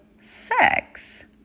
sex